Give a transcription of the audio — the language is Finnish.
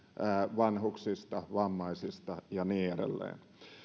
vanhuksista vammaisista ja niin edelleen